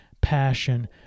passion